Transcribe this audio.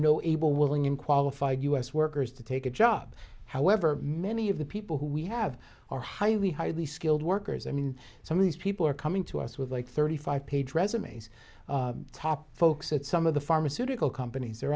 no able willing in qualified u s workers to take a job however many of the people who we have are highly highly skilled workers i mean some of these people are coming to us with like thirty five page resumes top folks at some of the pharmaceutical companies are